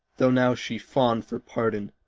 though now she fawn for pardon,